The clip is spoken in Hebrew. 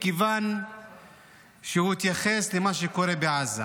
מכיוון שהוא התייחס למה שקורה בעזה.